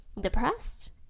depressed